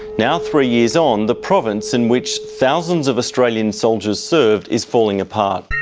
now, three years on, the province in which thousands of australian soldiers served is falling apart.